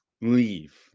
leave